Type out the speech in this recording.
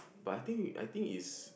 but I I think its